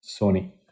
Sony